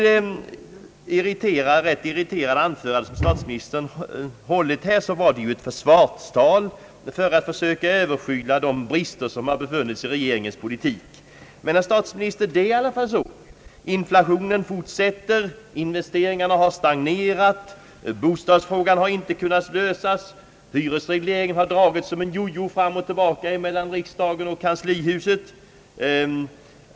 Det irriterade anförande, som statsministern nyss har hållit, var ett försvarstal för att försöka överskyla de brister som har funnits i regeringens politik. Men, herr statsminister, inflationen fortsätter. Investeringarna har stagnerat. Bostadsfrågan har inte kunnat lösas. Hyresregleringen har dragits såsom en jo-jo fram och tillbaka mellan riksdagen och kanslihuset.